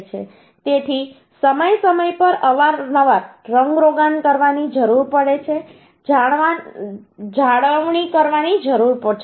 તેથી સમય સમય પર અવારનવાર રંગરોગાન કરવાની જરૂર પડે છે જાળવણી કરવાની જરૂર છે